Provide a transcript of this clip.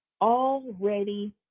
already